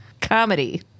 Comedy